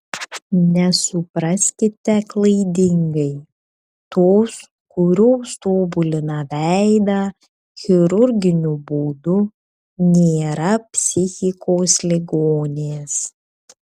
nesupraskite klaidingai tos kurios tobulina veidą chirurginiu būdu nėra psichikos ligonės